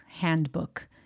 Handbook